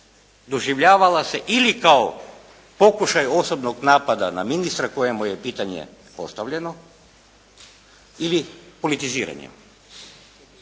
doživljavala se ili kao položaj osobnog napada na ministra kojemu je pitanje postavljeno ili politiziranje.